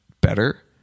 better